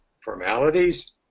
formalities